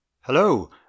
Hello